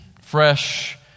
fresh